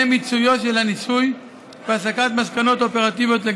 מיצויו של הניסוי והסקת מסקנות אופרטיביות.